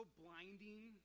blinding